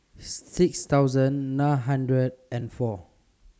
six thousand nine hundred and four